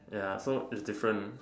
ya so is different